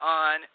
on